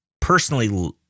personally